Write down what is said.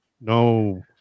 no